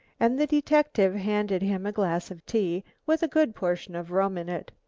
and the detective handed him a glass of tea with a good portion of rum in it.